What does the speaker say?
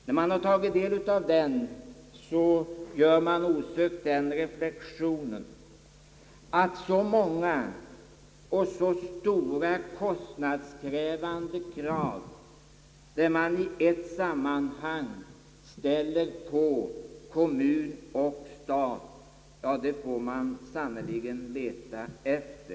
När man läst denna sammanfattning gör man osökt den reflexionen att så många och så stora kostnadskrävande insatser som i det sammanhanget begärs av stat och kommun får man sannerligen leta efter.